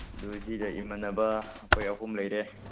ꯑꯗꯨ ꯁꯤꯗ ꯏꯃꯥꯟꯅꯕ ꯑꯩꯈꯣꯏ ꯑꯍꯨꯝ ꯂꯩꯔꯦ